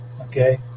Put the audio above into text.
Okay